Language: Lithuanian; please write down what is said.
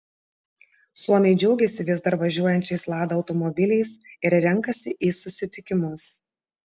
suomiai džiaugiasi vis dar važiuojančiais lada automobiliais ir renkasi į susitikimus